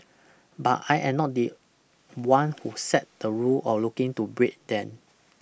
but I am not the one who set the rule or looking to break them